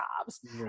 jobs